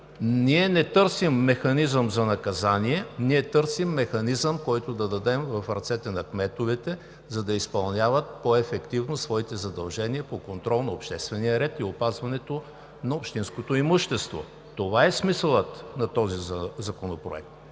Ние не търсим механизъм за наказание, ние търсим механизъм, който да дадем в ръцете на кметовете, за да изпълняват по-ефективно своите задължения по контрола на обществения ред и опазването на общинското имущество. Това е смисълът на този законопроект.